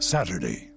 Saturday